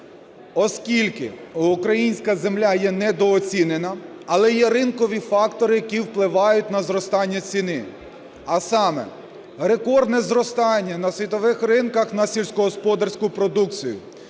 оскільки українська земля є недооцінена, але є ринкові фактори, які впливають на зростання ціни, а саме рекордне зростання на світових ринках на сільськогосподарську продукцію.